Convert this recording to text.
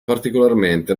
particolarmente